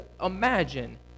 imagine